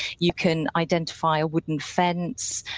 you can identify a wooden fence,